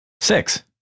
Six